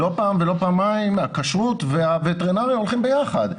לא פעם ולא פעמיים הכשרות והווטרינרים הולכים ביחד.